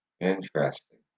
Interesting